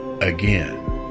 again